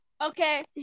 Okay